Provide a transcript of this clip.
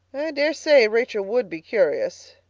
daresay rachel would be curious,